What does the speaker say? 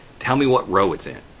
tell me what row it's in,